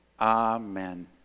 Amen